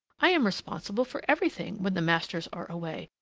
i am responsible for everything when the masters are away,